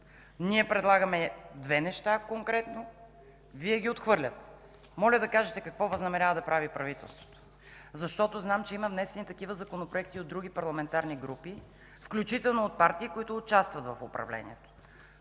Ние предлагаме две неща конкретно, Вие ги отхвърляте. Моля да кажете какво възнамерява да прави правителството, защото знам, че има внесени такива законопроекти от други парламентарни групи, включително от партии, които участват в управлението,